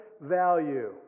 value